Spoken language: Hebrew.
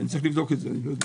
לבדוק את זה.